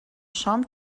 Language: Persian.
شام